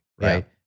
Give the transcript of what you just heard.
right